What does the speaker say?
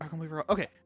okay